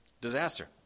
Disaster